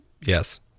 Yes